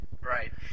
Right